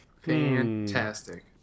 fantastic